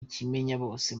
ikimenyabose